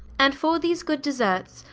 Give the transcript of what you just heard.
and for these good deserts,